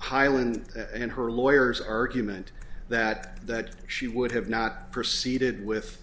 highland and her lawyers argument that that she would have not proceeded with